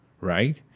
right